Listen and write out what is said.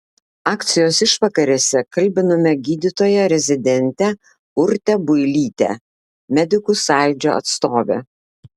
akcijos išvakarėse kalbinome gydytoją rezidentę urtę builytę medikų sąjūdžio atstovę